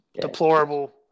deplorable